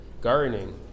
gardening